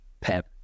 pep